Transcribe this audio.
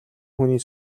хүний